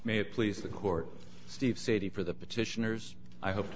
may please the court steve city for the petitioners i hope the